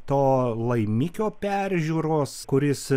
to laimikio peržiūros kuris